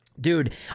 Dude